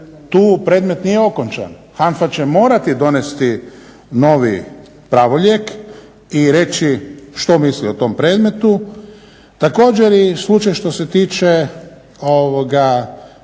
tu predmet nije okončan, HANFA će morati donesti novi pravorijek i reći što misli o tom predmetu. Također, i slučaj što se tiče ovog